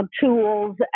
tools